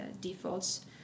defaults